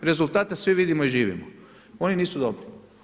Rezultate svi vidimo i živimo, oni nisu dobri.